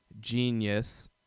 genius